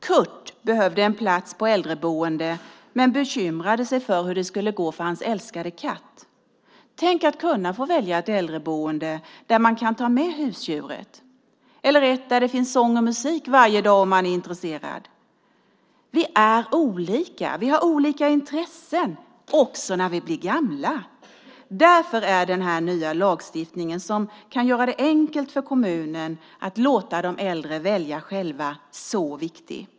Kurt behövde en plats i ett äldreboende men bekymrade sig för hur det skulle gå för hans älskade katt. Tänk att kunna få välja ett äldreboende där man kan få ha med sitt husdjur eller ett där det varje dag finns sång och musik om man är intresserad av det! Vi är olika och har olika intressen också när vi blir gamla. Därför är den här nya lagstiftningen, som kan göra det enkelt för kommunen att låta de äldre själva välja, så viktig.